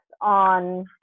on